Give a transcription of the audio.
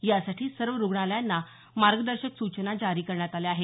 यासाठी सर्व रुग्णालयांना मार्गदर्शक सूचना जारी केल्या आहेत